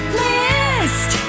list